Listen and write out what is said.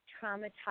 traumatized